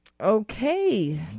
okay